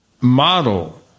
model